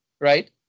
right